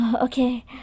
Okay